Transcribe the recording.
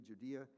Judea